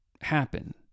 happen